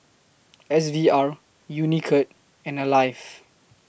S V R Unicurd and Alive